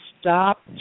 stop